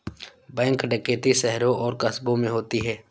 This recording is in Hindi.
बैंक डकैती शहरों और कस्बों में होती है